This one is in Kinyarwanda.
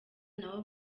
nabo